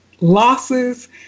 losses